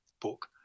book